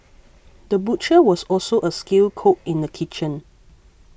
the butcher was also a skilled cook in the kitchen